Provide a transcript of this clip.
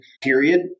period